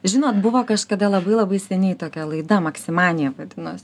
žinot buvo kažkada labai labai seniai tokia laida maksimanija vadinos